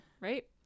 Right